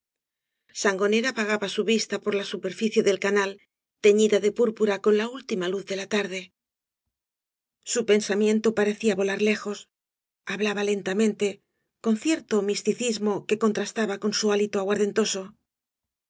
sangonera vagaba su vista por la superficie del canal teñida de púrpura con la última luz de la tarde su pensamiento parecía volar lejos ha biaba lentamente con cierto misticismo que cou trastaba con su hálito aguardentoso